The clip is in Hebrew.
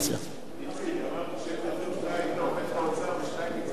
הצעות לסדר-היום מס' 8794